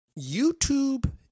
youtube